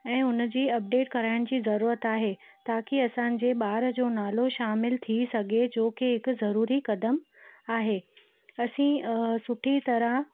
ऐं उनजी अपडेट कराइण जी जरूरत आहे ताकी असांजे ॿार जो नालो शामिलु थी सघे जो की हिकु ज़रूरी कदमु आहे असी सुठी तरह